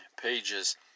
pages